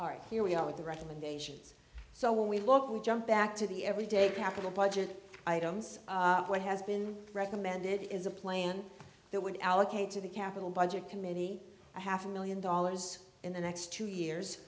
buildings here we are with the recommendations so when we look we jump back to the every day capital budget items what has been recommended is a plan that would allocate to the capital budget committee a half a million dollars in the next two years